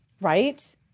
Right